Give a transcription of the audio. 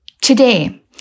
Today